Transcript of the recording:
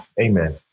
Amen